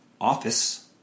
office